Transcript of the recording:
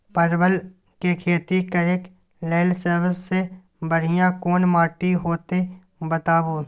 परवल के खेती करेक लैल सबसे बढ़िया कोन माटी होते बताबू?